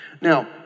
Now